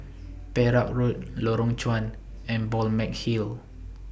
Perak Road Lorong Chuan and Balmeg Hill